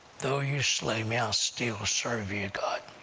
though you slay me, i'll still serve you, god.